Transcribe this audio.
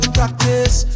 Practice